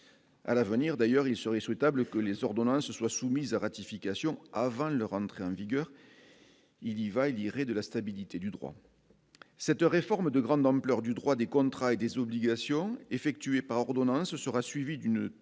à l'avenir, d'ailleurs, il serait souhaitable que les ordonnances soient soumises à ratification avant leur entrée en vigueur il y va élire et de la stabilité du droit. Cette réforme de grande ampleur du droit des contrats et des obligations effectué par ordonnance sera suivie d'une toute